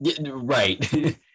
Right